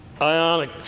Ionic